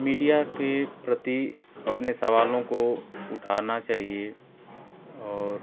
media के प्रति अपने सवालों को उठाना चाहिए और